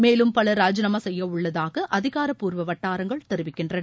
மேலும் பலர் ராஜினாமா செய்யவுள்ளதாக ஆதாரப்பூர்வ வட்டாரங்கள் தெரிவிக்கின்றன